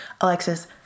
Alexis